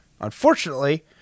Unfortunately